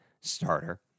starter